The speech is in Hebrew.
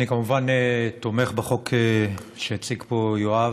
אני כמובן תומך בחוק שהציג פה יואב.